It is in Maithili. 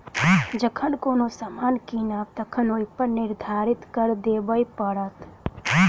जखन कोनो सामान कीनब तखन ओहिपर निर्धारित कर देबय पड़त